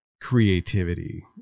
creativity